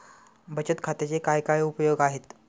बचत खात्याचे काय काय उपयोग आहेत?